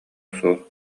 суох